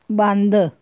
ਬੰਦ